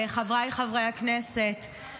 חבריי חברי הכנסת,